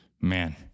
Man